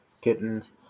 kittens